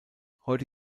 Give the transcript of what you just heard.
heute